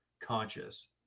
conscious